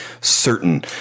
certain